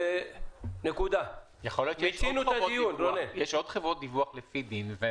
מיצינו את הדיון, נקודה.